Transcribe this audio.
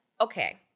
okay